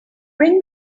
bring